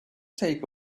take